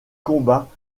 combats